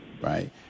right